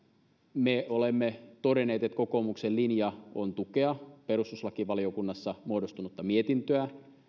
me olemme todenneet että kokoomuksen linja on tukea perustuslakivaliokunnassa muodostunutta mietintöä